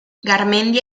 garmendia